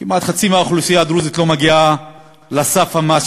כמעט חצי מהאוכלוסייה הדרוזית לא מגיעה לסף המס,